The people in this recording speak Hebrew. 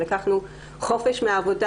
לקחנו חופש מהעבודה,